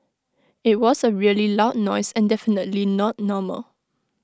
IT was A really loud noise and definitely not normal